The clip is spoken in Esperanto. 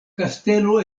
kastelo